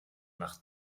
nach